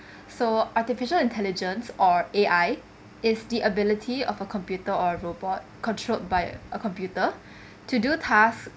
so artificial intelligence or A_I is the ability of a computer or a robot controlled by a computer to do task that